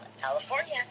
California